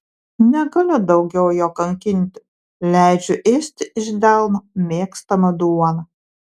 negaliu daugiau jo kankinti leidžiu ėsti iš delno mėgstamą duoną